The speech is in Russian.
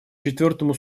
четвертому